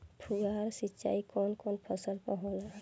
फुहार सिंचाई कवन कवन फ़सल पर होला?